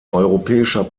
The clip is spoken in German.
europäischer